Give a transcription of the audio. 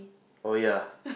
oh yeah